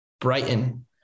Brighton